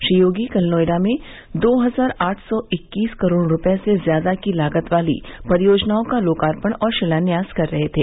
श्री योगी कल नोएडा में दो हजार आठ सौ इक्कीस करोड़ रूपये से ज्यादा की लागत वाली परियोजनाओं का लोकार्पण और शिलान्यास कर रहे थे